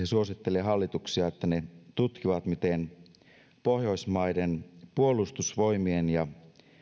suosittelee hallituksille että ne tutkivat miten pohjoismaiden puolustusvoimien ja